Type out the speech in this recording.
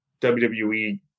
WWE